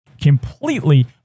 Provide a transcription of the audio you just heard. completely